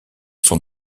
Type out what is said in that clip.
sont